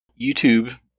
YouTube